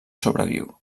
sobreviu